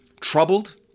troubled